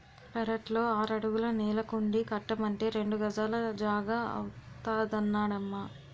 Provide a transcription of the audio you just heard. పెరట్లో ఆరడుగుల నీళ్ళకుండీ కట్టమంటే రెండు గజాల జాగా అవుతాదన్నడమ్మా